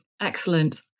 Excellent